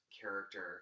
character